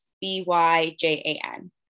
B-Y-J-A-N